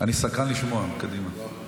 סקרן לשמוע, קדימה.